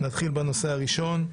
נתחיל בנושא הראשון,